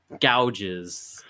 gouges